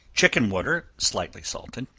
chicken water, slightly salted,